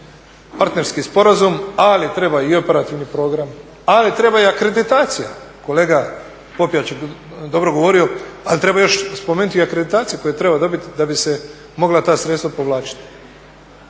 partnerski sporazum, ali treba i operativni program, ali treba i akreditacija, kolega Popijač je dobro govorio, ali treba još spomenuti i akreditacije koje treba dobiti da bi se mogla ta sredstva povlačiti.